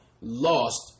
lost